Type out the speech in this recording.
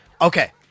Okay